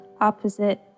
opposite